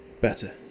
better